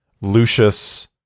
Lucius